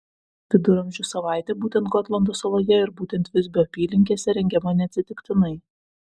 viduramžių savaitė būtent gotlando saloje ir būtent visbio apylinkėse rengiama neatsitiktinai